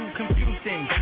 confusing